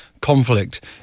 conflict